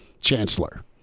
chancellor